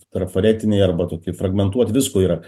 trafaretiniai arba toki fragmentuoti visko yra